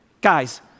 guys